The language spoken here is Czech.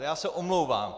Já se omlouvám.